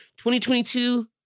2022